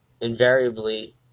invariably